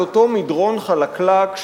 של אותו מדרון חלקלק,